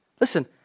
Listen